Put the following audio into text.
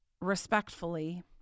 Respectfully